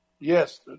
Yes